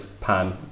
pan